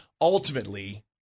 Ultimately